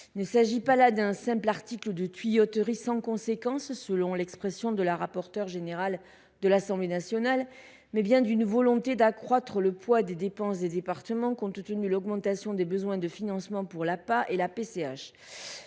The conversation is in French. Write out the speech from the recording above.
Loin d’être un simple « article de tuyauterie » sans conséquence, selon l’expression de la rapporteure générale de l’Assemblée nationale, il s’agit bien d’une volonté d’accroître le poids des dépenses des départements, compte tenu de l’augmentation des besoins de financement pour l’APA et la PCH.